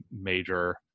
major